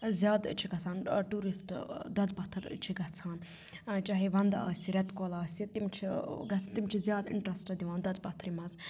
زیادٕ چھِ گَژھان ٹوٗرِسٹ دۄدٕ پَتھٕر چھِ گَژھان چاہے وَنٛدٕ آسہِ رٮ۪تہٕ کول آسہِ تِم چھِ گَژھ تِم چھِ زیادٕ اِنٹرٛسٹ دِوان دۄدٕ پَتھرِ مَنٛز